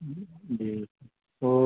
جی تو